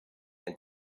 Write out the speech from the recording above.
and